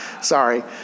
Sorry